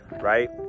right